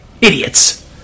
Idiots